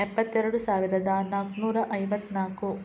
ಎಪ್ಪತ್ತೆರಡು ಸಾವಿರದ ನಾಲ್ಕುನೂರ ಐವತ್ತನಾಲ್ಕು